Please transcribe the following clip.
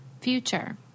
future